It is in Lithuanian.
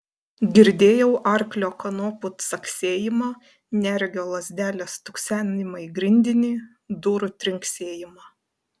girdėjau arklio kanopų caksėjimą neregio lazdelės stuksenimą į grindinį durų trinksėjimą